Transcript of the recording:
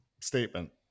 statement